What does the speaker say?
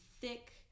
thick